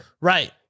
right